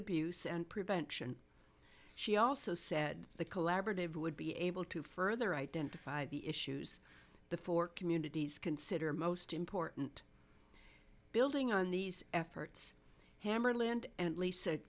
abuse and prevention she also said the collaborative would be able to further identify the issues the four communities consider most important building on these efforts hammarlund and l